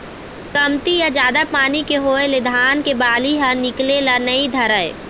कमती या जादा पानी के होए ले धान के बाली ह निकले ल नइ धरय